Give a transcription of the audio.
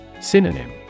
Synonym